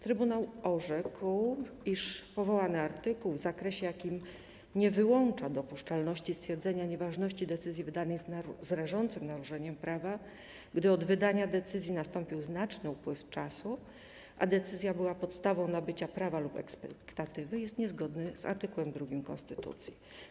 Trybunał orzekł, że przywołany artykuł w zakresie, w jakim nie wyłącza dopuszczalności stwierdzenia nieważności decyzji wydanej z rażącym naruszeniem prawa, gdy od wydania decyzji nastąpił znaczny upływ czasu, a decyzja była podstawą nabycia prawa lub ekspektatywy, jest niezgodny z art. 2 Konstytucji Rzeczypospolitej Polskiej.